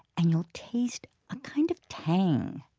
and you'll taste a kind of tang.